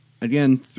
again